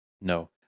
no